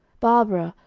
barbara,